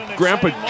grandpa